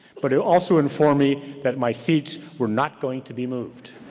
but it also informed me that my seats were not going to be moved.